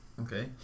Okay